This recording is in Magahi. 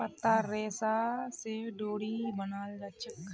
पत्तार रेशा स डोरी बनाल जाछेक